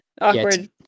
awkward